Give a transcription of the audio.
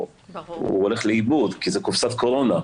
הוא הולך לאיבוד כי זו קופסת קורונה.